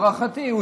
הוא